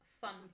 fun